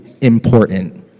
important